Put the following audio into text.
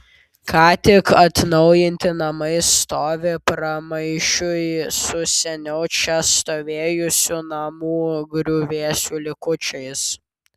ką tik atnaujinti namai stovi pramaišiui su seniau čia stovėjusių namų griuvėsių likučiais